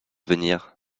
venir